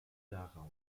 darauf